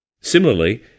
Similarly